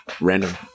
Random